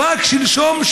ורק שלשום,